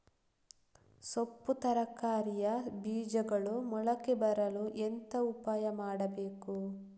ಸೊಪ್ಪು ತರಕಾರಿಯ ಬೀಜಗಳು ಮೊಳಕೆ ಬರಲು ಎಂತ ಉಪಾಯ ಮಾಡಬೇಕು?